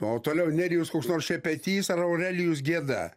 o toliau nerijus koks nors šepetys ar aurelijus gėda